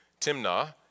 Timnah